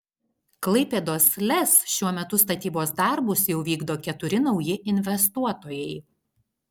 klaipėdos lez šiuo metu statybos darbus jau vykdo keturi nauji investuotojai